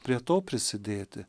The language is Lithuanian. prie to prisidėti